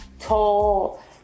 tall